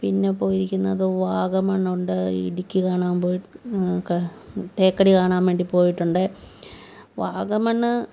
പിന്നെ പോയിരിക്കുന്നത് വാഗമണ്ണുണ്ട് ഇടുക്കി കാണാൻ പോയി കഹ് തേക്കടി കാണാൻ വേണ്ടി പോയിട്ടുണ്ട് വാഗമണ്ണ്